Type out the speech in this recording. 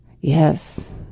Yes